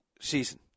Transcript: season